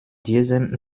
diesem